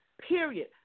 period